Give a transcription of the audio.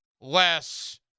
less